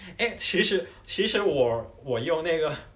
诶其实其实我我用那个